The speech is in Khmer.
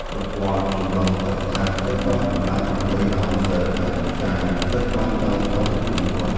ប្រព័ន្ធចម្រោះទឹកស្អាតត្រូវបានតម្លើងដើម្បីឱ្យសិស្សអាចពិសាទឹកបានដោយសុវត្ថិភាពបំផុត។